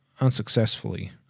unsuccessfully